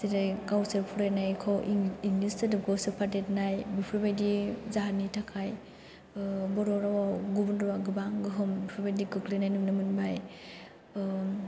जेरै गावसोर फरायनायखौ इं इंलिस सोदोबखौ सोफा देरनाय बेफोर बायदि जाहोननि थाखाय बर'रावाव गुबुन रावा गोबां गाेहाेम बेफोर बायदि गोग्लैनाय नुनो मोनबाय